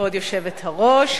כבוד היושבת-ראש,